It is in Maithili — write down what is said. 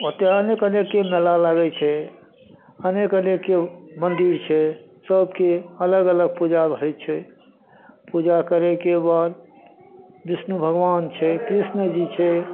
ओतए अनेक अनेकके मेला लागै छै अनेक अनेकके मन्दिर छै सबके अलग अलग पूजा आब होइ छै पूजा करैके बाद बिष्णु भगबान छै कृष्ण जी छै